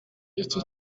iki